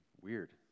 weird